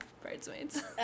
Bridesmaids